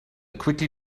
quickly